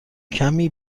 کمی